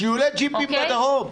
אוקיי?